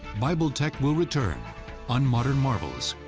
bible tech will return on modern marvels.